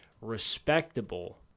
respectable